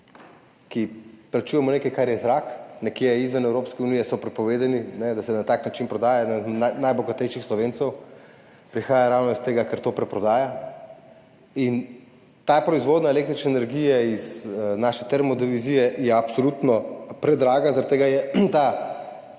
plačujemo nekaj, kar je zrak, nekje izven Evropske unije je prepovedano, da se prodaja na tak način, eden najbogatejših Slovencev prihaja ravno iz tega, ker to preprodaja. Ta proizvodnja električne energije iz naše termodivizije je absolutno predraga, zaradi tega je